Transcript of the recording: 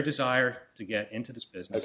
desire to get into this business